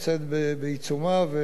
ולכן גם לא אוסיף על זה דבר.